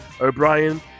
O'Brien